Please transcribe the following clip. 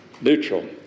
neutral